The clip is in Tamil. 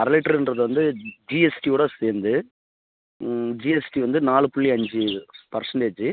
அரை லிட்ருங்றது வந்து ஜிஎஸ்டியோடு சேர்ந்து ஜிஎஸ்டி வந்து நாலு புள்ளி அஞ்சு பர்சண்டேஜி